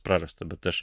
prarasta bet aš